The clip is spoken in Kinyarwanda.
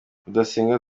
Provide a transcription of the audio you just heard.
rudasingwa